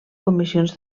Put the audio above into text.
comissions